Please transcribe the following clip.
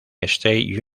state